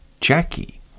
Jackie